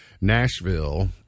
Nashville